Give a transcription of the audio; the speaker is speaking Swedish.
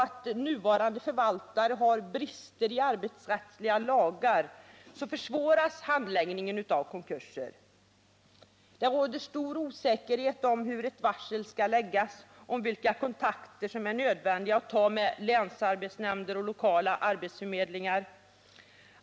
Men på grund av brister i arbetsrättsliga lagar försvåras handläggningen för nuvarande förvaltare av konkursen. Osäkerhet råder om hur ett varsel skall läggas och vilka kontakter som är nödvändiga att ta med länsarbetsnämnder och lokala arbetsförmedlingar.